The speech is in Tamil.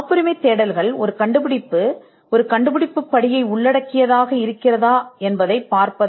காப்புரிமை தேடல்கள் ஒரு கண்டுபிடிப்பு ஒரு கண்டுபிடிப்பு படியை உள்ளடக்கியதா என்பதைப் பார்க்கும்